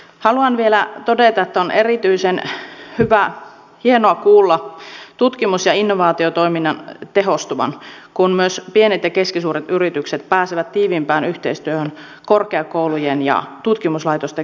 haluan vielä todeta että on erityisen hienoa kuulla tutkimus ja innovaatiotoiminnan tehostuvan kun myös pienet ja keskisuuret yritykset pääsevät tiiviimpään yhteistyöhön korkeakoulujen ja tutkimuslaitosten kanssa